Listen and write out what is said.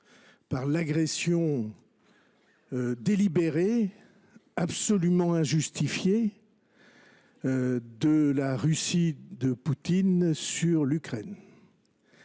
par l’agression délibérée et absolument injustifiée de la Russie de Poutine contre l’Ukraine.